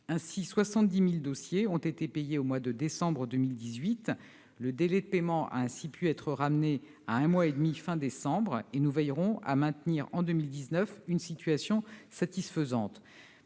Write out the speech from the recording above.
Ainsi, 70 000 dossiers ont été payés au mois de décembre 2018, et le délai de paiement a pu être ramené à un mois et demi à la fin de décembre dernier. Nous veillerons à maintenir une situation satisfaisante